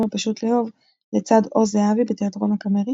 "פשוט לאהוב" לצד עוז זהבי בתיאטרון הקאמרי.